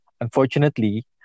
Unfortunately